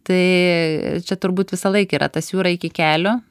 tai čia turbūt visą laiką yra tas jūra iki kelių